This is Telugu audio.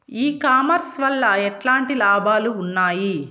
ఈ కామర్స్ వల్ల ఎట్లాంటి లాభాలు ఉన్నాయి?